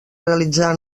realitzà